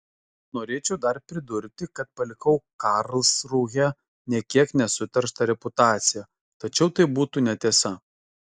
norėčiau dar pridurti kad palikau karlsrūhę nė kiek nesuteršta reputacija tačiau tai būtų netiesa